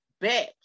back